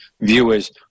viewers